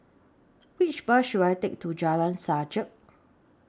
Which Bus should I Take to Jalan Sajak